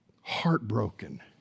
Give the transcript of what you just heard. heartbroken